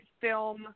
film